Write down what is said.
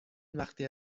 وقتی